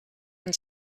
and